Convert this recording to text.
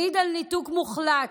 מעיד על ניתוק מוחלט.